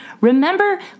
remember